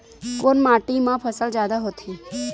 कोन माटी मा फसल जादा होथे?